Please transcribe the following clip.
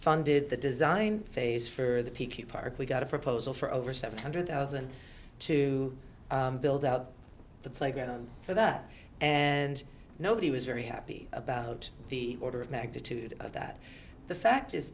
funded the design phase for the p q park we got a proposal for over seven hundred thousand to build out the playground for that and nobody was very happy about the order of magnitude of that the fact is